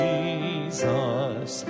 Jesus